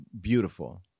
beautiful